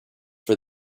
for